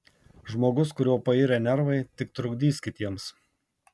žmogus kurio pairę nervai tik trukdys kitiems